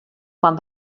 quan